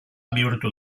bihurtu